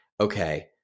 okay